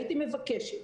אני מבקשת